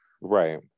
Right